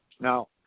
now